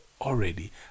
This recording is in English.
already